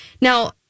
now